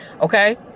Okay